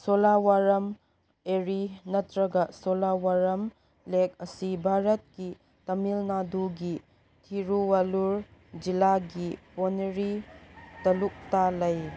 ꯁꯣꯂꯥꯋꯥꯔꯝ ꯑꯦꯔꯤ ꯅꯠꯇ꯭ꯔꯒ ꯁꯣꯂꯥꯋꯥꯔꯝ ꯂꯦꯛ ꯑꯁꯤ ꯚꯥꯔꯠꯀꯤ ꯇꯥꯃꯤꯜ ꯅꯥꯗꯨꯒꯤ ꯊꯤꯔꯨꯕꯜꯂꯨꯔ ꯖꯤꯜꯂꯥꯒꯤ ꯄꯣꯅꯦꯔꯤ ꯇꯂꯨꯛꯇ ꯂꯩ